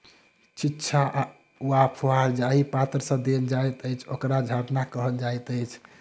छिच्चा वा फुहार जाहि पात्र सँ देल जाइत अछि, ओकरा झरना कहल जाइत अछि